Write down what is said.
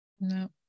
No